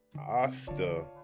Asta